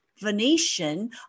Venetian